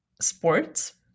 sports